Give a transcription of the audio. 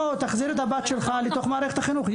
תחזיר את הבת שלך לתוך מערכת החינוך״.